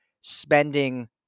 spending